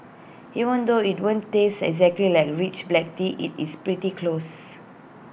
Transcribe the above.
even though IT won't taste exactly like rich black tea IT is pretty close